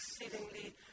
exceedingly